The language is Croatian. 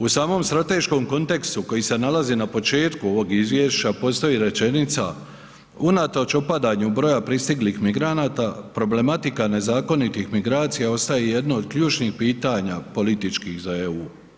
U samom strateškom kontekstu koji se nalazi na početku ovog izvješća postoji rečenica „Unatoč opadanju broja pristiglih migranata problematika nezakonitih migracija ostaje jedno od ključnih pitanja političkih za EU.